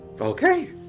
Okay